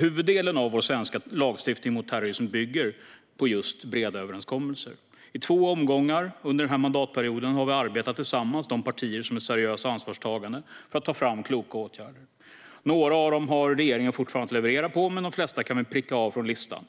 Huvuddelen av vår svenska lagstiftning mot terrorism bygger på just breda överenskommelser. I två omgångar under denna mandatperiod har vi - de partier som är seriösa och ansvarstagande - arbetat tillsammans för att ta fram kloka åtgärder. I fråga om några av dem har regeringen fortfarande att leverera, men de flesta kan vi pricka av från listan.